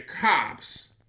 cops